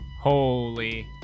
Holy